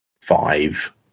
five